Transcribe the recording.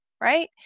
right